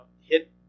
hit